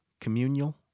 communal